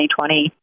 2020